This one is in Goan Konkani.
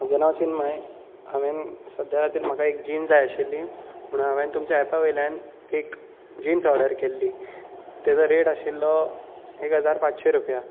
म्हजें नांव चिन्मय हांवेन सद्द्या खातीर म्हाका एक जीन जाय आशिल्ली म्हणून हांवेन तुमच्या एपावयल्यान एक जिन्स ऑर्डर केल्ली तेचो रॅट आशिल्लो एक हजार पांचशे रुपया